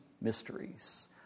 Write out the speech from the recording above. mysteries